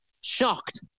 shocked